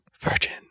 virgin